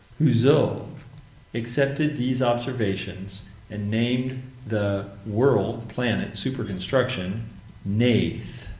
houzeau, accepted these observations and named the world, planet, super-construction neith.